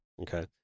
Okay